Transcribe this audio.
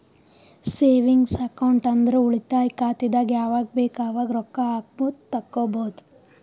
savings account ಅಂದುರ್ ಉಳಿತಾಯ ಖಾತೆದಾಗ್ ಯಾವಗ್ ಬೇಕ್ ಅವಾಗ್ ರೊಕ್ಕಾ ಹಾಕ್ಬೋದು ತೆಕ್ಕೊಬೋದು